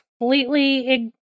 completely